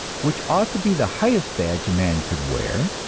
which ought to be the highest badge a man could wear,